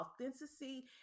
authenticity